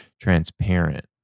transparent